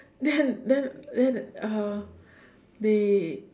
then then then uh they